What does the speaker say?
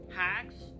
hacks